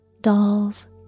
dolls